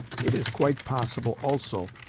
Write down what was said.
it is quite possible, also,